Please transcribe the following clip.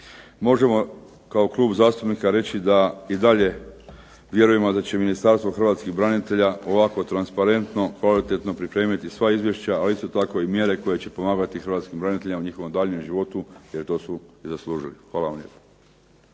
Možemo kao klub zastupnika reći da i dalje vjerujemo da će Ministarstvo hrvatskih branitelja ovako transparentno, kvalitetno pripremiti sva izvješća, ali isto tako i mjere koje će pomagati hrvatskim braniteljima u njihovom daljnjem životu, jer to su i zaslužili. Hvala vam lijepa.